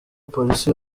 police